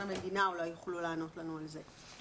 המדינה אולי יוכלו לענות לנו על זה.